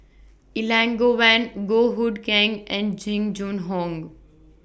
Elangovan Goh Hood Keng and Jing Jun Hong